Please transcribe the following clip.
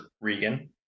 Regan